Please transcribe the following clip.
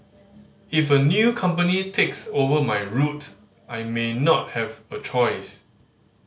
if a new company takes over my route I may not have a choice